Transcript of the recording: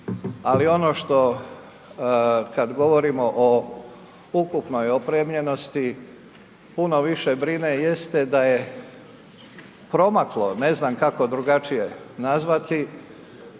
ali ono što kad govorimo o ukupnoj opremljenosti puno više brine jeste da je promaklo, ne znam kako drugačije nazvati